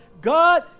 god